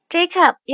Jacob